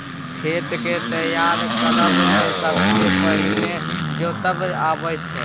खेत केँ तैयार करब मे सबसँ पहिने जोतब अबै छै